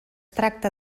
tracta